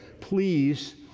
Please